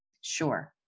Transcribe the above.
Sure